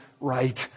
right